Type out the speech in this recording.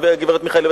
גברת מיכאלי,